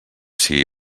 sigui